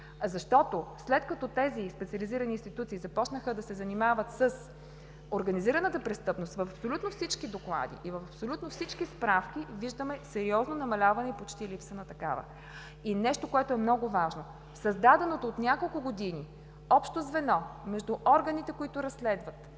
Защото, след като тези специализирани институции започнаха да се занимават с организираната престъпност в абсолютно всички доклади и в абсолютно всички справки виждаме сериозно намаляване и почти липса на такава. И нещо, което е много важно, създаденото от няколко години общо звено между органите, които разследват